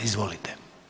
Izvolite.